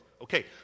Okay